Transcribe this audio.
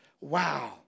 Wow